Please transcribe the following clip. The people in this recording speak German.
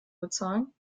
bezahlen